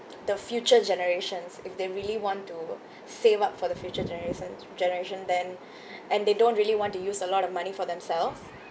the future generations if they really want to save up for the future generation generation then and they don't really want to use a lot of money for themselves